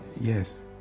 yes